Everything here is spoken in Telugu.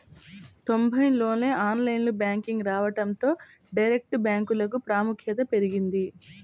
తొంబైల్లోనే ఆన్లైన్ బ్యాంకింగ్ రావడంతో డైరెక్ట్ బ్యాంకులకు ప్రాముఖ్యత పెరిగింది